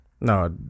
No